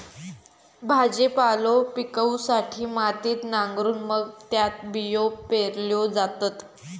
भाजीपालो पिकवूसाठी मातीत नांगरून मग त्यात बियो पेरल्यो जातत